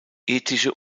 ethische